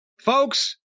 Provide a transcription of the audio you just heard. folks